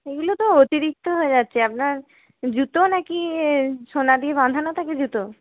এইগুলো তো অতিরিক্ত হয়ে যাচ্ছে আপনার জুতো না কি ইয়ে সোনা দিয়ে বাঁধানো থাকে জুতো